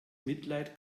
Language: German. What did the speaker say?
mitleid